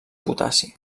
potassi